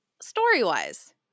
story-wise